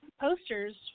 posters